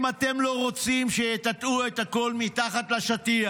אם אתם לא רוצים שיטאטאו את הכול מתחת לשטיח,